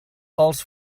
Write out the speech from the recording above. els